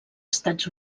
estats